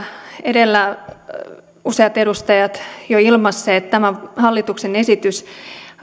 edellä useat edustajat jo ilmaisseet tämä hallituksen esitys